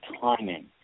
timing